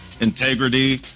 integrity